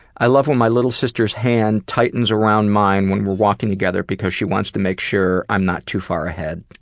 i love when my little sister's hand tightens around mine when we're walking together because she wants to make sure i'm not too far ahead.